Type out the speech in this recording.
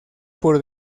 por